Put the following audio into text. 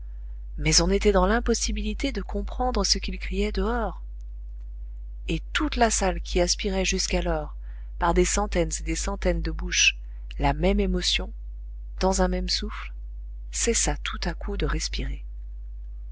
mais on était dans l'impossibilité de comprendre ce qu'ils criaient dehors et toute la salle qui aspirait jusqu'alors par des centaines et des centaines de bouches la même émotion dans un même souffle cessa tout à coup de respirer